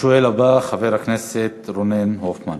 השואל הבא, חבר הכנסת רונן הופמן.